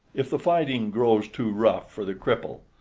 if the fighting grows too rough for the cripple,